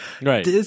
Right